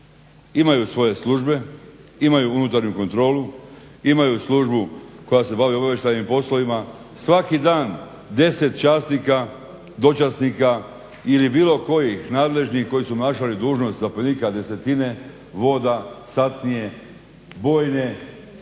Imaju svoje službe, imaju unutarnju kontrolu, imaju službu koja se bavi obavještajnim poslovima, svaki dan deset časnika, dočasnika ili bilo kojih nadležnih koji su obnašali dužnost zapovjednika desetine, voda, satnije, bojne,